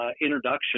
introduction